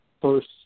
first